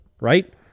Right